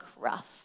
rough